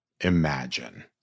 imagine